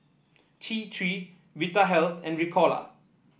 T Three Vitahealth and Ricola